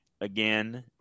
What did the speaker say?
again